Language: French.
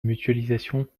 mutualisation